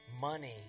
Money